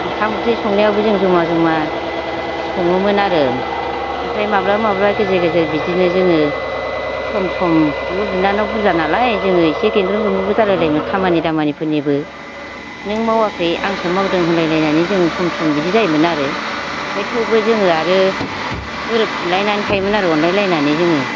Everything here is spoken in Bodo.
ओंखाम ओंख्रि संनायावबो जों जमा जमा सङोमोन आरो ओमफ्राय माब्लाबा माब्लाबा गेजेर गेजेर बिदिनो जोङो सम सम बिब' बिनानाव बुरजा नालाय जोङो एसे गेंग्रें गुंग्रुंबो जालायोमोन खामानि दामानिफोरनिबो नों मावाखै आंसो मावदों होनलायलायनानै जों सम सम बिदि जायोमोन आरो ओमफ्राय थेवबो जोङो आरो गोरोबफिनलायनानै थायोमोन आरो अनलायलायनानै जोङो